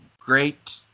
great